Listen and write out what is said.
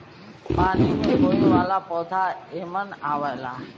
पानी में होये वाला पौधा एमन आवला